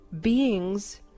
beings